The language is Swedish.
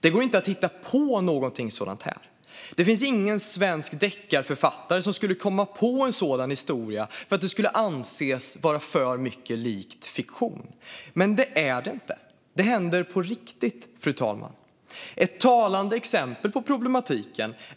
Det går inte att hitta på något sådant. Det finns ingen svensk deckarförfattare som skulle komma på en sådan historia, för det skulle anses vara för mycket likt fiktion. Men det är det inte. Det händer på riktigt. Ett talande exempel på problemet